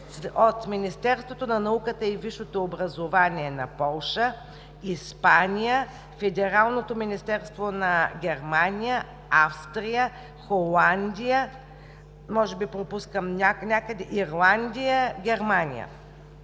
от Министерството на науката и висшето образование на Полша, Испания, Федералното министерство на Германия, Австрия, Холандия, Ирландия, Германия.